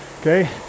Okay